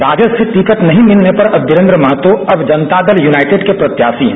राजद से टिकट नही मिलने पर अब वीरेंद्र महतो अब जनता दल यूनाइटेड के प्रत्याशी हैं